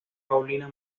paulina